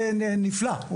נפלא.